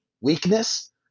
weakness